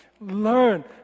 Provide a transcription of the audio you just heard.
Learn